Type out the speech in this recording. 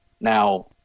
now